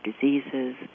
diseases